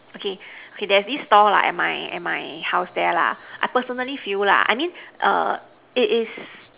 okay there's this store at my house there I personally feel I mean